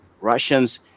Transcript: russians